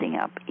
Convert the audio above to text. up